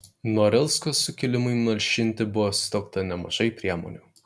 norilsko sukilimui malšinti buvo sutelkta nemažai priemonių